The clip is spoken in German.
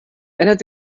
ändert